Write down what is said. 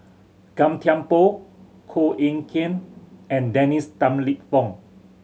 Gan Thiam Poh Koh Eng Kian and Dennis Tan Lip Fong